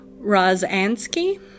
Rozanski